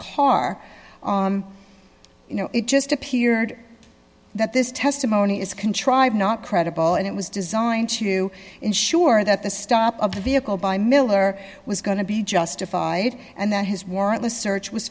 car you know it just appeared that this testimony is contrived not credible and it was designed to ensure that the stop of the vehicle by miller was going to be justified and that his warrantless search was